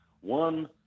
One